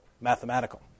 mathematical